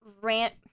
rant